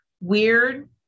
weird